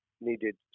needed